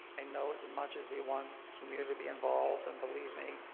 i know as much as we want community to be involved and believe me.